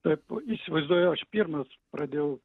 taip įsivaizduoju aš pirmas pradėjau